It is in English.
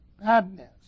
badness